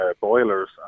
boilers